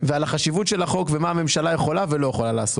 ועל החשיבות של החוק ומה הממשלה יכולה ולא יכולה לעשות.